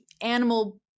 animal